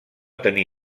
tenir